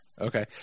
Okay